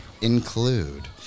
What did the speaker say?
include